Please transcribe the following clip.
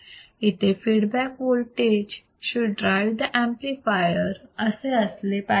इथे feedback voltage should drive the amplifier असे असले पाहिजे